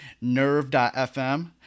nerve.fm